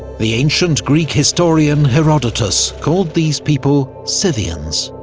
the ancient greek historian herodotus called these people scythians.